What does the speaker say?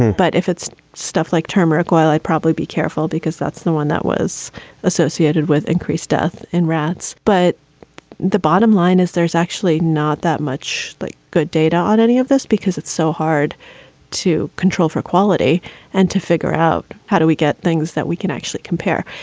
but if it's stuff like turmeric oil, i'd probably be careful because that's the one that was associated with increased death in rats. but the bottom line is there's actually not that much like good data on any of this because it's so hard to control for quality and to figure out how do we get things that we can actually compare.